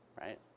Right